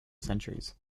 centuries